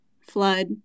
flood